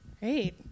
Great